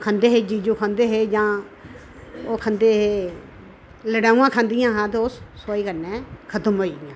खंदे हे जीजो खंदे हे ओह् खंदे हे जां लड़ेमां खंदियां हा ओह् सोआही कन्नै ख़तम होइयां